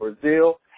Brazil